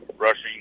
Rushing